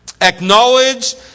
acknowledge